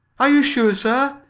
are you sure, sir?